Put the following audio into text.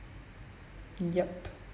yup